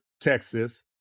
Texas